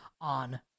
on